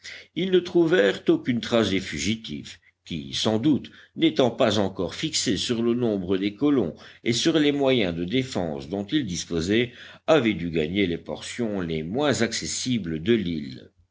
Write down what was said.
ils ne trouvèrent aucune trace des fugitifs qui sans doute n'étant pas encore fixés sur le nombre des colons et sur les moyens de défense dont ils disposaient avaient dû gagner les portions les moins accessibles de l'île